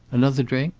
another drink?